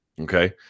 Okay